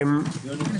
בוקר טוב,